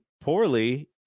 poorly